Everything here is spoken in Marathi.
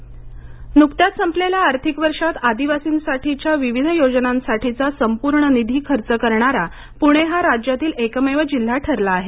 आदिवासी सोमणी प्राची नुकत्याच संपलेल्या आर्थिक वर्षात आदिवासीसाठीच्या विविध योजनांसाठीचा संपूर्ण निधी खर्च करणारा पुणे हा राज्यातील एकमेव जिल्हा ठरला आहे